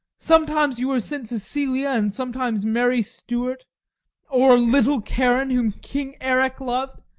sometimes you were st. cecilia, and sometimes mary stuart or little karin, whom king eric loved.